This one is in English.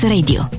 Radio